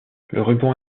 ruban